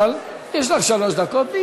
אבל יש לך שלוש דקות,